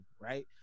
right